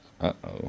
Uh-oh